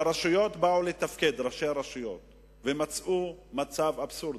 ראשי הרשויות באו לתפקד ומצאו מצב אבסורדי,